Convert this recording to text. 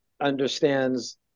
understands